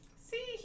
See